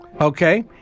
Okay